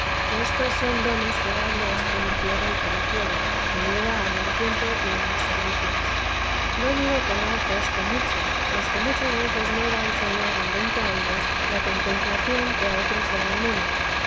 que estos son dones que da dios cuando quiere y como quiere y ni va en el tiempo ni en los servicios no digo que no hace esto mucho mas que muchas veces no da el señor en veinte años la contemplación que a otros da en uno